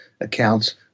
accounts